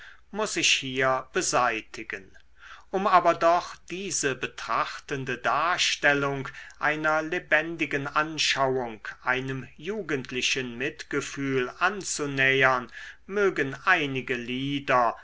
muß ich hier beseitigen um aber doch diese betrachtende darstellung einer lebendigen anschauung einem jugendlichen mitgefühl anzunähern mögen einige lieder